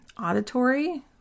auditory